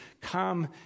Come